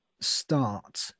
start